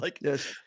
Yes